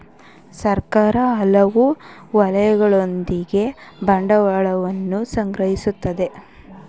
ಸರ್ಕಾರ ಹಲವು ವಲಯಗಳಿಂದ ಬಂಡವಾಳವನ್ನು ಸಂಗ್ರಹಿಸುತ್ತದೆ